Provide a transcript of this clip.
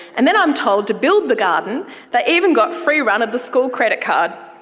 and then, i'm told, to build the garden they even got free run of the school credit card.